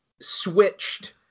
switched